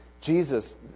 Jesus